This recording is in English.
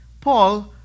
Paul